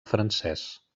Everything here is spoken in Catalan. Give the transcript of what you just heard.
francès